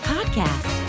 Podcast